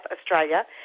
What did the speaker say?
Australia